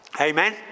Amen